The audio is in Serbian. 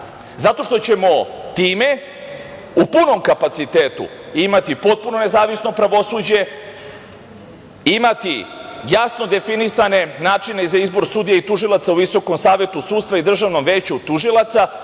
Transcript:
Zato što ćemo time u punom kapacitetu imati potpuno nezavisno pravosuđe, imati jasno definisane načine za izbor sudija i tužilaca u Visokom savetu sudstva i Državnom veću tužilaca,